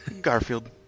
Garfield